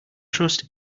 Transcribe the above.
trust